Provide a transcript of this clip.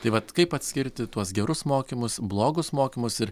tai vat kaip atskirti tuos gerus mokymus blogus mokymus ir